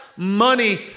Money